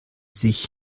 sich